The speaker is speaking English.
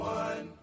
one